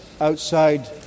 outside